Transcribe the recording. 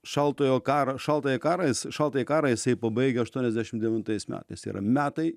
šaltojo karo šaltąjį karą jis šaltąjį karą jisai pabaigia aštuoniasdešim devintais metais tai yra metai